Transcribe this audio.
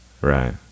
Right